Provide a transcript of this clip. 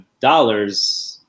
dollars